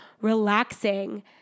relaxing